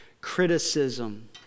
Criticism